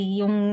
yung